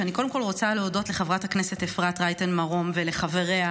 אני רוצה להודות קודם כול לחברת הכנסת אפרת רייטן מרום ולחבריה,